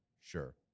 sure